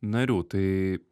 narių tai